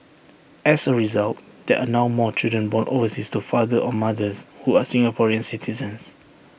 as A result there are now more children born overseas to fathers or mothers who are Singaporean citizens